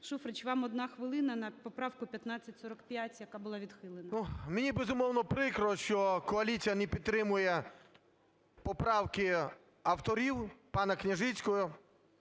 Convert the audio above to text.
Шуфрич, вам 1 хвилина на поправку 1545, яка була відхилена. 11:22:32 ШУФРИЧ Н.І. Мені, безумовно, прикро, що коаліція не підтримує поправки авторів, панаКняжицького